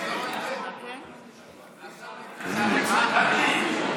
אתה יכול לחזור על זה?